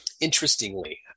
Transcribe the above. interestingly